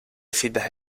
citas